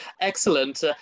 Excellent